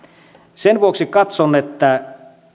sen vuoksi katson että